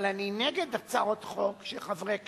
אבל אני נגד הצעות חוק של חברי כנסת,